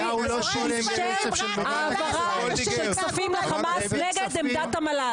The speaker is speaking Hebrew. אישר העברת כספים לחמאס נגד עמדת המל"ל.